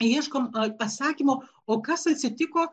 ieškom atsakymo o kas atsitiko